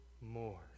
more